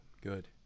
Good